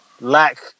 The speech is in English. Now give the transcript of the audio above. lack